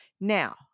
Now